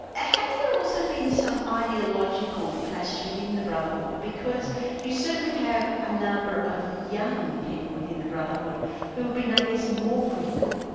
ah have there also been some ideological clashes within the brotherhood? because you certainly have a number of young people within the brotherhood who have been, i guess, more critical.